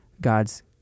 God's